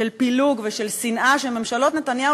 של פילוג ושל שנאה שממשלות נתניהו